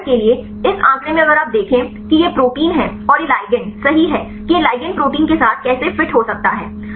उदाहरण के लिए इस आंकड़े में अगर आप देखें कि यह प्रोटीन है और यह लिगैंड सही है कि यह लिगैंड प्रोटीन के साथ कैसे फिट हो सकता है